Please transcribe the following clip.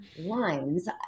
lines